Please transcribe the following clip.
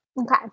okay